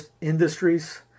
industries